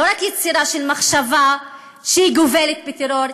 לא רק יצירה של מחשבה שגובלת בטרור,